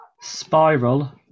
Spiral